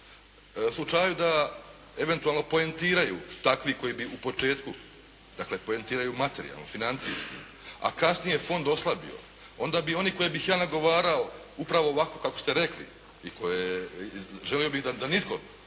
slučaju da eventualno poentiraju takvi koji bi u početku, dakle poentiraju materijalno, financijski, a kasnije fond oslabio, onda bi oni koje bih ja nagovarao upravo ovako kako ste rekli i želio bih da nitko,